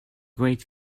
great